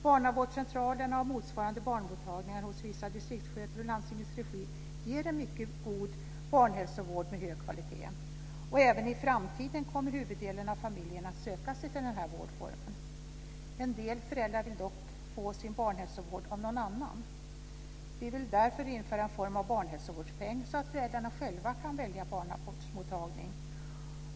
Barnavårdscentralerna och motsvarande barnmottagningar hos vissa distriktssköterskor i landstingets regi ger en mycket god barnhälsovård med hög kvalitet. Även i framtiden kommer huvuddelen av familjerna att söka sig till denna vårdform. En del föräldrar vill dock få sin barnhälsovård av någon annan. Vi vill därför införa en form av barnhälsovårdspeng så att föräldrarna själva kan välja barnavårdsmottagning.